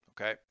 okay